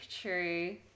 true